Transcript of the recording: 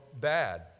bad